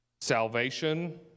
salvation